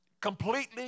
Completely